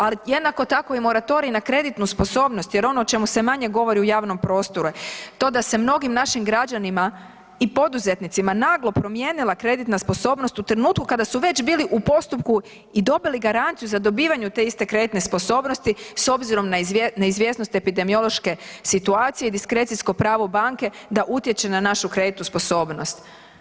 Ali jednako tako i moratorij na kreditnu sposobnost jer ono o čemu se manje govori u javnom prostoru je to da se mnogim našim građanima i poduzetnicima naglo promijenila kreditna sposobnost u trenutku kada su već bili u postupku i dobili garanciju za dobivanje te iste kreditne sposobnosti s obzirom na neizvjesnost epidemiološke situacije i diskrecijsko pravo banke da utječe na našu kreditnu sposobnost.